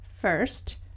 First